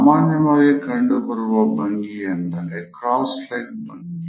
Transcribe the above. ಸಾಮಾನ್ಯವಾಗಿ ಕಂಡುಬರುವ ಭಂಗಿ ಅಂದರೆ ಕ್ರಾಸ್ಡ್ ಲೆಗ್ ಭಂಗಿ